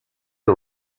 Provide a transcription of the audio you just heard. got